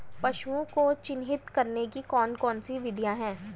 पशुओं को चिन्हित करने की कौन कौन सी विधियां हैं?